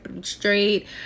straight